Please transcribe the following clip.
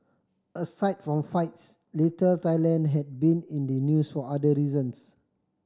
aside from fights Little Thailand had been in the news for other reasons